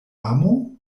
amo